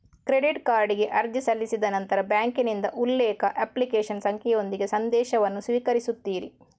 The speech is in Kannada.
ಕ್ರೆಡಿಟ್ ಕಾರ್ಡಿಗೆ ಅರ್ಜಿ ಸಲ್ಲಿಸಿದ ನಂತರ ಬ್ಯಾಂಕಿನಿಂದ ಉಲ್ಲೇಖ, ಅಪ್ಲಿಕೇಶನ್ ಸಂಖ್ಯೆಯೊಂದಿಗೆ ಸಂದೇಶವನ್ನು ಸ್ವೀಕರಿಸುತ್ತೀರಿ